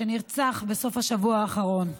שנרצח בסוף השבוע האחרון.